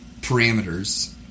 parameters